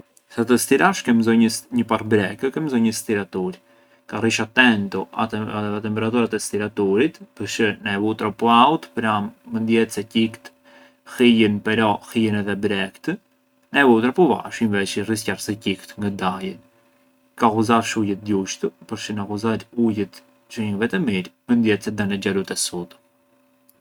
Sa të stirarsh ke mb- një parë brek ke mbzonjë një stiratur, ka rrish attentu te a temperatura të stiraturit, përçë na e vu troppu autu mënd jetë se qikët hijën ma hijën edhe brekt, na e vu troppu vashu inveçi risqar se qikët ngë dajën, ka ghuzarsh ujët gjushtu, përçë na ghuzarë ujët çë ngë vete mirë, mënd jetë se danexhar u tessutu.